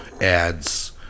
ads